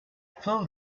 fill